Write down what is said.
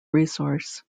resource